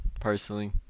personally